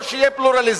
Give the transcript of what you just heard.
לא שיהיה פלורליזם,